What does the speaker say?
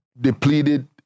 depleted